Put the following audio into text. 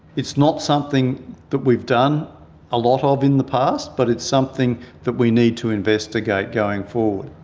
it's not something that we've done a lot of in the past. but it's something that we need to investigate going forward.